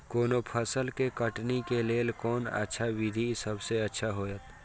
कोनो फसल के कटनी के लेल कोन अच्छा विधि सबसँ अच्छा होयत?